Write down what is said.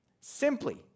simply